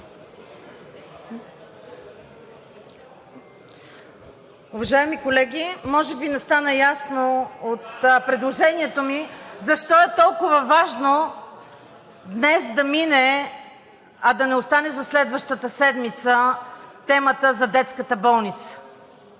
Уважаеми колеги, може би не стана ясно от предложението ми защо е толкова важно днес да мине, а да не остане за следващата седмица, темата за детската болница.